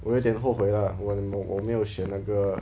我有点后悔 lah 我我我没有学那个